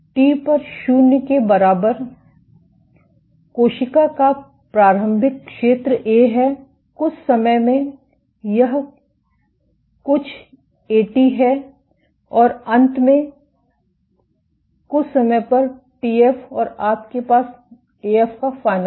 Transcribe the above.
T पर शून्य के बराबर कोशिका का प्रारंभिक क्षेत्र ए है कुछ समय में यह कुछ एटी है और अंत में कुछ समय पर टीएफ आपके पास एएफ का फाइनल है